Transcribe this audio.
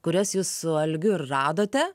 kurias jūs su algiu ir radote